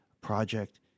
project